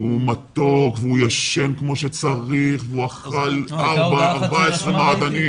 הוא מתוק והוא ישן כמו שצריך והוא אכל 14 מעדנים.